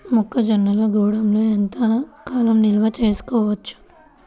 మొక్క జొన్నలు గూడంలో ఎంత కాలం నిల్వ చేసుకోవచ్చు?